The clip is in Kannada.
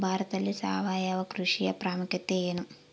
ಭಾರತದಲ್ಲಿ ಸಾವಯವ ಕೃಷಿಯ ಪ್ರಾಮುಖ್ಯತೆ ಎನು?